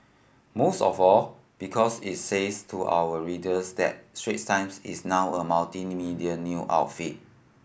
most of all because it says to our readers that Swiss Times is now a multimedia new outfit